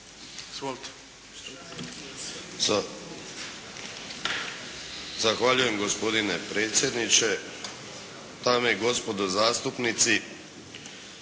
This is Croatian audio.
Zahvaljujem gospodine predsjedniče. Dame i gospodo zastupnici